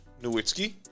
Nowitzki